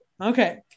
Okay